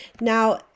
Now